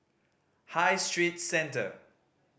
High Street Centre